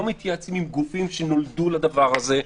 לא מתייעצים עם גופים שנולדו לדבר הזה,